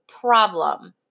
problem